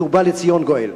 ובא לציון גואל.